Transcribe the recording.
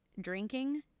drinking